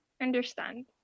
understand